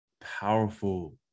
powerful